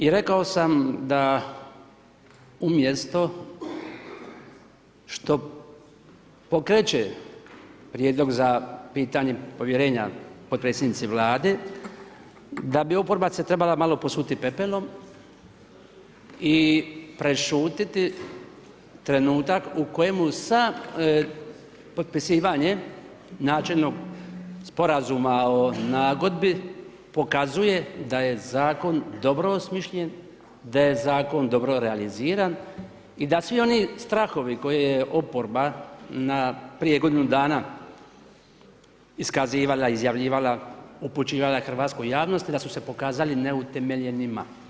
I rekao sam da umjesto što pokreće prijedlog za pitanje povjerenja potpredsjednici Vlade, da bi oporba se trebala malo posuti pepelom i prešutjeti trenutak u sad potpisivanje načelnog sporazuma o nagodbi pokazuje da je Zakon dobro osmišljen, da je Zakon dobro realiziran i da svi oni strahovi koje je oporba prije godinu dana iskazivala, izjavljivala, upućivala hrvatskoj javnosti, da su pokazali neutemeljenima.